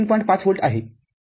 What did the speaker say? ५ volt आहे ३